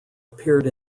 appeared